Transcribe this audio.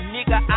Nigga